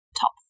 top